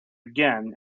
again